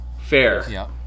fair